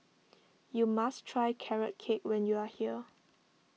you must try Carrot Cake when you are here